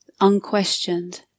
unquestioned